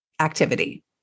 activity